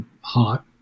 hot